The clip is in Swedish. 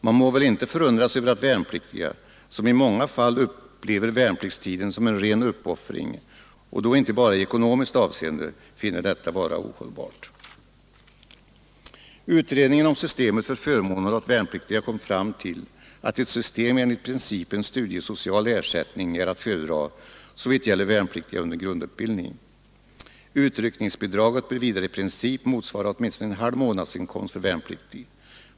Man må inte förundras över att värnpliktiga som i många fall upplever värnpliktstiden som en ren uppoffring — och då inte bara i ekonomiskt avseende — finner detta vara ohållbart. Utredningen om systemet för förmåner åt värnpliktiga kom fram till att ett system enligt principen studiesocial ersättning är att föredra såvitt gäller värnpliktiga under grundutbildning. Utryckningsbidraget bör vidare i princip motsvara åtminstone en halv månadsinkomst för värnpliktig.